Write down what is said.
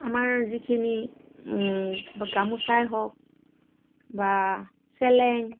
আমাৰ যিখিনি গামোচাই হওক বা চেলেং